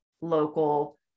local